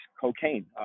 cocaine